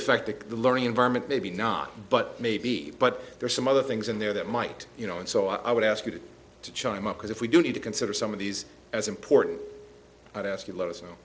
affect the learning environment maybe not but maybe but there's some other things in there that might you know and so i would ask you to chime up because if we do need to consider some of these as important i'd ask you let us know